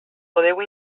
podeu